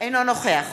אינו נוכח